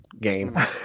game